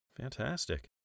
Fantastic